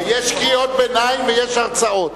יש קריאות ביניים ויש הרצאות.